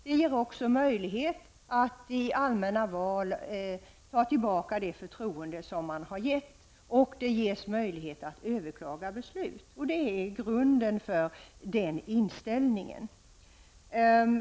Det ger också möjlighet att i allmänna val ta tillbaka det förtroende som man har gett. Det ges möjlighet att överklaga beslut. Det är grunden för vår inställning.